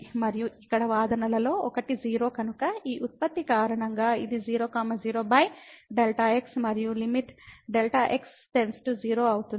మరియు ఇక్కడ వాదనలలో ఒకటి 0 కనుక ఈ ఉత్పత్తి కారణంగా ఇది 0 0Δ x మరియు లిమిట్ Δx → 0 అవుతుంది